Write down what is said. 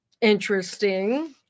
Interesting